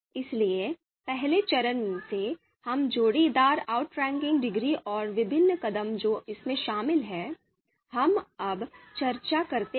इसलिए पहले चरण से हम जोड़ीदार आउटरैंकिंग डिग्री और विभिन्न कदम जो इसमें शामिल हैं हम अभी चर्चा करते हैं